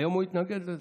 היום הוא התנגד לזה.